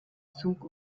zug